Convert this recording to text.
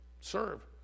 Serve